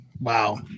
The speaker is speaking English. wow